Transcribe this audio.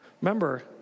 remember